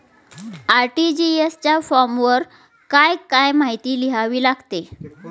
RTGS च्या फॉर्मवर काय काय माहिती लिहावी लागते?